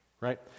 right